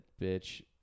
bitch